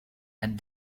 and